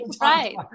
right